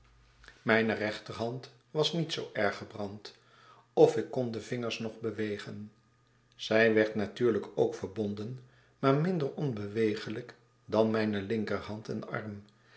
mijne rechterhand was niet zoo erg gebrand of ik kon de vingers nog bewegen zij werd natuurlijk ook verbonden maar minder onbeweeglijk dan mijne linkerhand en arm